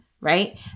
right